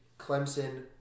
Clemson